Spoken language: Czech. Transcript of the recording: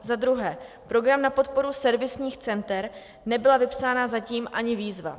Za druhé, program na podporu servisních center, nebyla vypsána zatím ani výzva.